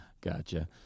Gotcha